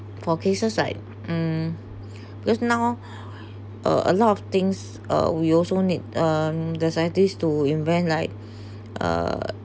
for cases like um because now uh a lot of things uh we also need um the scientists to invent like uh